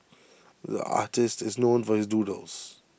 the artist is known for his doodles